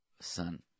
son